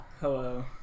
Hello